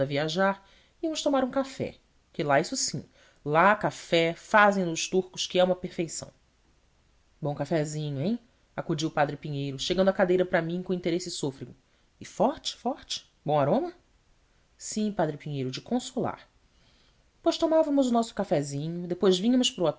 viajar íamos tomar um café que lá isso sim lá café fazem no os turcos que é uma perfeição bom cafezinho hem acudiu padre pinheiro chegando a cadeira para mim com interesse sôfrego é forte forte bom aroma sim padre pinheiro de consolar pois tomávamos o nosso cafezinho depois vínhamos para